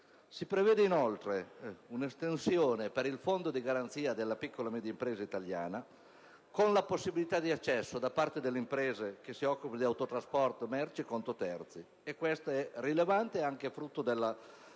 Si prevede inoltre un'estensione per il fondo di garanzia per la piccola e media impresa italiana, con la possibilità di accesso da parte delle imprese che si occupano di autotrasporto merci per conto terzi: un'iniziativa rilevante frutto della